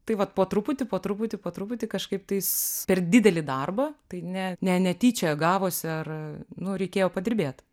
tai vat po truputį po truputį po truputį kažkaip tais per didelį darbą tai ne ne netyčia gavosi ar nu reikėjo padirbėt